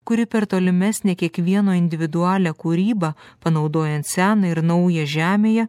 kuri per tolimesnę kiekvieno individualią kūrybą panaudojant sena ir nauja žemėje